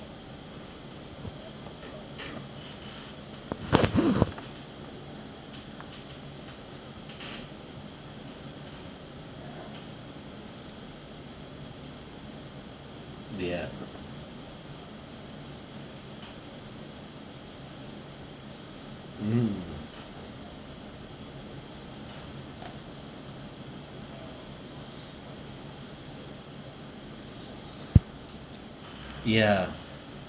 ya mm ya